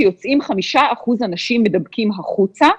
שיוצאים 5% אנשים מדבקים החוצה,